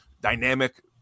dynamic